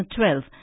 2012